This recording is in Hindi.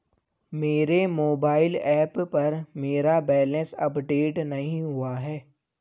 मेरे मोबाइल ऐप पर मेरा बैलेंस अपडेट नहीं हुआ है